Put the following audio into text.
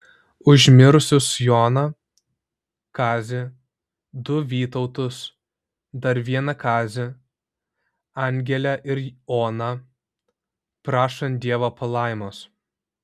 už mirusius joną kazį du vytautus dar vieną kazį angelę ir oną prašant dievo palaimos